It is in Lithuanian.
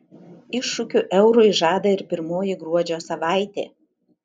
iššūkių eurui žada ir pirmoji gruodžio savaitė